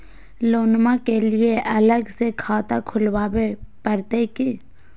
लोनमा के लिए अलग से खाता खुवाबे प्रतय की?